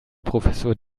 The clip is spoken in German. professor